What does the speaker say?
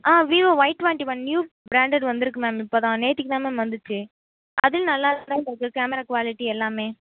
ஆ Vivo Y twenty one new branded வந்திருக்கு ma'am இப்போ தான் நேத்திக்கு தான் மேம் வந்துச்சு அதுவும் நல்லா தான் மேம் இருக்குது கேமரா குவாலிட்டி எல்லாமே